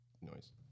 noise